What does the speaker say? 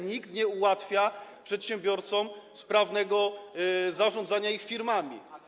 Nikt nie ułatwia przedsiębiorcom sprawnego zarządzania ich firmami.